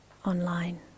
online